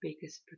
biggest